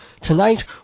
Tonight